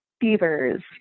beavers